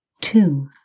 two